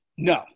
No